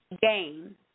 game